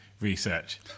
research